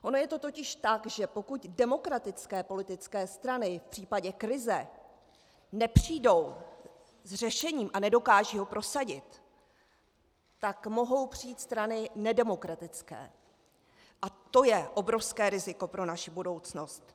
Ono je to totiž tak, že pokud demokratické politické strany v případě krize nepřijdou s řešením a nedokážou ho prosadit, tak mohou přijít strany nedemokratické a to je obrovské riziko pro naši budoucnost.